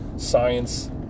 science